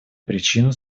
причину